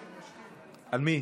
מי?